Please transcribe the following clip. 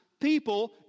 people